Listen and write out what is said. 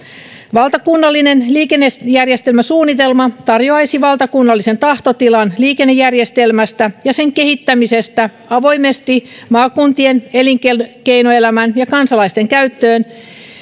valtakunnallinen liikennejärjestelmäsuunnitelma tarjoaisi valtakunnallisen tahtotilan liikennejärjestelmästä ja sen kehittämisestä avoimesti maakuntien elinkeinoelämän ja kansalaisten käyttöön